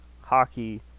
hockey